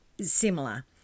similar